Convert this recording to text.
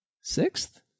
sixth